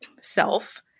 self